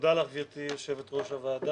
תודה לך, גברתי יושבת ראש הוועדה,